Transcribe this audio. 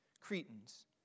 Cretans